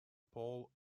paul